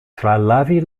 tralavi